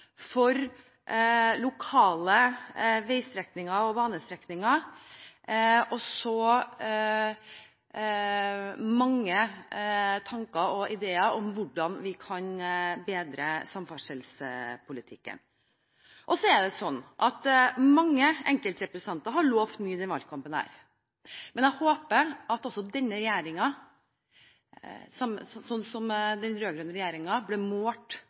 for lokale vei- og banestrekninger og så mange tanker og ideer om hvordan vi kan bedre samferdselspolitikken. Så er det slik at mange enkeltrepresentanter har lovt mye i denne valgkampen, men jeg håper at også denne regjeringen blir målt – slik som den rød-grønne regjeringen ble målt